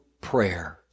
prayer